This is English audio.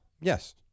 Yes